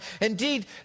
Indeed